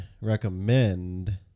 recommend